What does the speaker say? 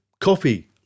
coffee